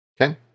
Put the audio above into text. Okay